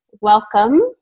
Welcome